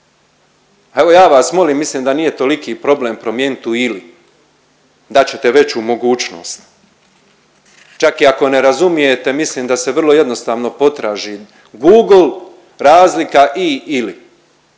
Evo ja vas molim mislim da nije toliki problem promijeniti u ili, dat ćete veću mogućnost čak i ako ne razumijete mislim da se vrlo jednostavno potraži google razlika i ili